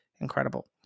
incredible